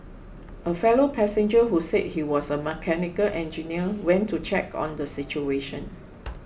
a fellow passenger who said he was a mechanical engineer went to check on the situation